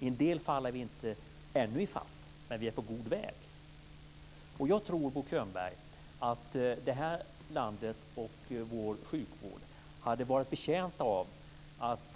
I en del fall är vi ännu inte i fatt, men vi är på god väg. Jag tror, Bo Könberg, att vi i det här landet och vår sjukvård hade varit betjänta av att